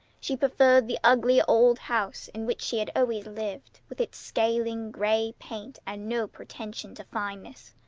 she preferred the ugly old house in which she had always lived, with its scaling gray paint and no pretensions to fineness.